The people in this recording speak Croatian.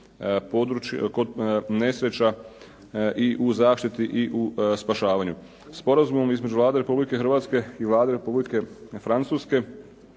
kod nesreća i u zaštiti i u spašavanju. Sporazumom između Vlade Republike Hrvatske i Vlade Republike Francuske